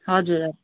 हजुर